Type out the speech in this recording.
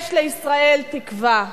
יש לישראל תקווה.